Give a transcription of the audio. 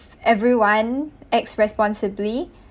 everyone acts responsibly